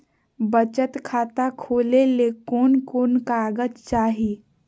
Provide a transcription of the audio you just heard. बचत खाता खोले ले कोन कोन कागज चाही?